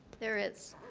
there is.